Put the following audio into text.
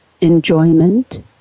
enjoyment